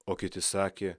o kiti sakė